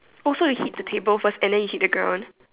oh so you hit the table first and then you hit the ground